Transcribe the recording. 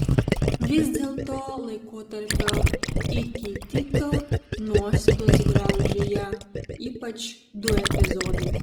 vis dėlto laikotarpio iki tito nuosėdos graužė ją ypač du epizodai